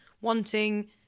wanting